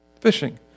fishing